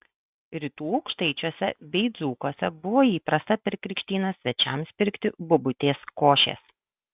rytų aukštaičiuose bei dzūkuose buvo įprasta per krikštynas svečiams pirkti bobutės košės